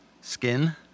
skin